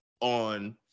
on